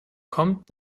kommt